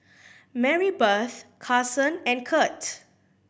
Marybeth Carsen and Curt